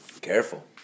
Careful